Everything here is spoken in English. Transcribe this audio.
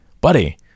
Buddy